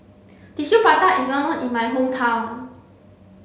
Tissue Prata is well known in my hometown